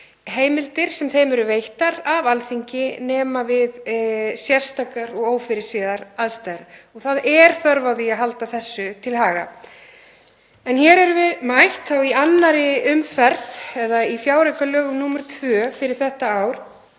heimildir sem þeim eru veittar af Alþingi nema við sérstakrar og ófyrirséðar aðstæður. Það er þörf á að halda þessu til haga. En hér erum við mætt í annarri umferð eða í fjáraukalögum númer tvö fyrir þetta ár